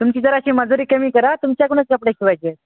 तुमची जर अशी मजुरी कमी करा तुमच्याकडूनच कपडे शिवायचे आहे